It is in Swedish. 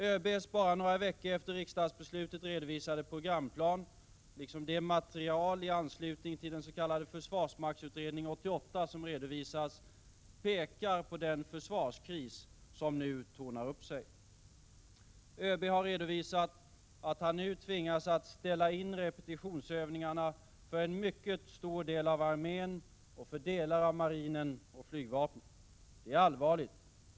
ÖB:s bara några veckor efter riksdagsbeslutet redovisade programplan, liksom det material i anslutning till den s.k. Försvarsmaktsutredning 88 som presenterats visar den försvarskris som nu tornar upp sig. ÖB har redovisat att han nu tvingas att ställa in repetitionsövningarna för en mycket stor del av armén och för delar av marinen och flygvapnet. Det är allvarligt.